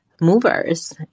movers